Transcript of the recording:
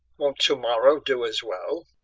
won't to-morrow do as well?